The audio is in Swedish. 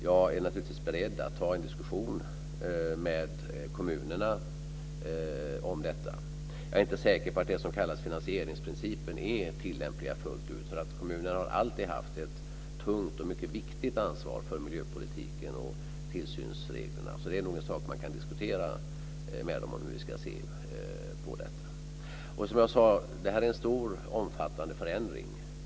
Jag är naturligtvis beredd att ta en diskussion med kommunerna om detta. Jag är inte säker på att det som kallas finansieringsprincipen är tillämpligt fullt ut. Kommunerna har alltid haft ett tungt och mycket viktigt ansvar för miljöpolitiken och tillsynsreglerna. Vi kan nog diskutera med dem hur vi ska se på detta. Som jag sade är detta en stor och omfattande förändring.